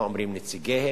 מה אומרים נציגיהם,